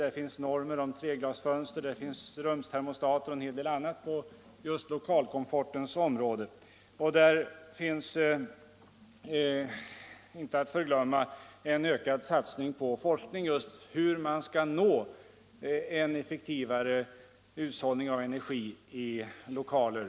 Där finns normer om 3-glasfönster, förslag om rumstermostater och en hel del annat just på lokalkomfortens område. I vår motion föreslås, inte att förglömma, en ökad satsning på forskning om hur man skall uppnå en effektivare hushållning med energi i byggnader.